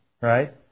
right